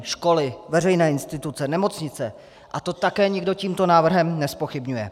Školy, veřejné instituce, nemocnice, a to také nikdo tímto návrhem nezpochybňuje.